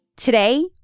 today